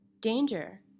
Danger